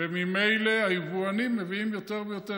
וממילא היבואנים מביאים יותר ויותר.